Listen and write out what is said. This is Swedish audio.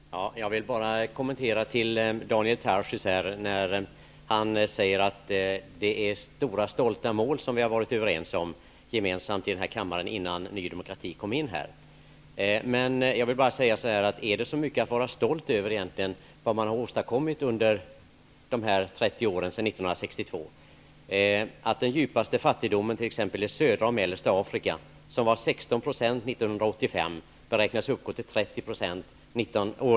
Herr talman! Jag vill bara kommentera det Daniel Tarschys säger om att det är stora stolta mål som vi har varit överens om gemensamt i denna kammare innan Ny demokrati kom in i riksdagen. Är det man har åtstadkommit under dessa 30 år sedan 1962 så mycket att vara stolt över? Den djupaste fattigdomen i t.ex. södra och mellersta Afrika var 16 % 1985. Den beräknas uppgå till 30 % år 2000.